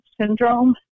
syndrome